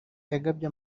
yagabye